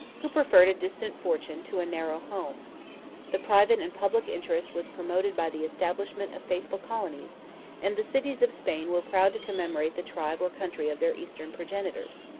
who preferred a distant fortune to a narrow home the private and public interest was promoted by the establishment of faithful colonies and the cities of spain were proud to commemorate the tribe or country of their eastern progenitors.